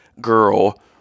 girl